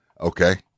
Okay